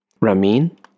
Ramin